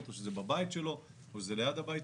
או שזה בבית שלו או שזה ליד הבית שלו.